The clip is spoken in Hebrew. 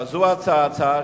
כזו הצעה,